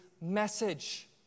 message